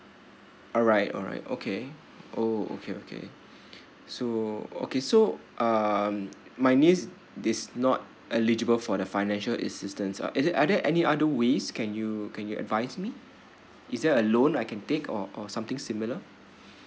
alright alright okay oh okay okay so okay so um my niece is not eligible for the financial assistance ah is it are there any other ways can you can you advise me is there a loan I can take or or something similar